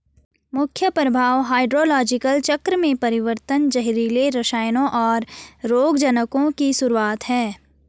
मुख्य प्रभाव हाइड्रोलॉजिकल चक्र में परिवर्तन, जहरीले रसायनों, और रोगजनकों की शुरूआत हैं